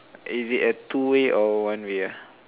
is it a two way or one way ah